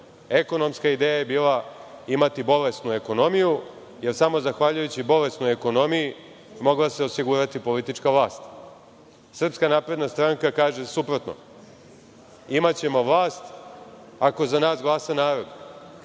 ekonomska ideja je bila imati bolesnu ekonomiju, jer samo zahvaljujući bolesnoj ekonomiji mogla se osigurati politička vlast. SNS kaže suprotno, imaćemo vlast ako za nas glasa narod. Nećemo